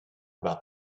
about